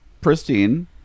pristine